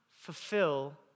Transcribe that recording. fulfill